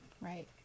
Right